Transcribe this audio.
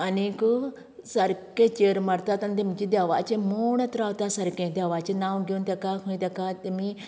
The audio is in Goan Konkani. आनीक सारकें चेर मारतात आनी तेंचे देवाचें म्हूणत रावता सारकें देवाचें नांव घेवन तेका खंय तेका तेमी